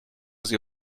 sie